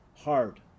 Hard